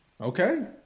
Okay